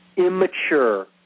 Immature